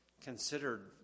considered